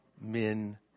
men